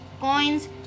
coins